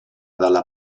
dalla